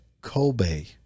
Kobe